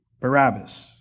Barabbas